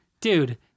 dude